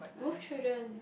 Wolf Children